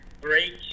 break